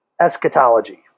eschatology